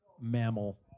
mammal